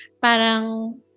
parang